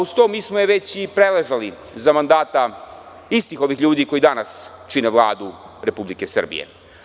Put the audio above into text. Uz to, mi smo je već i preležali za mandata istih ovih ljudi koji danas čine Vladu Republike Srbije.